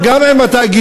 גם עם התאגידים,